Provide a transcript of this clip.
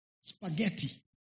spaghetti